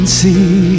see